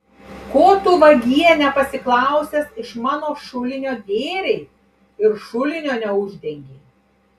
ko tu vagie nepasiklausęs iš mano šulinio gėrei ir šulinio neuždengei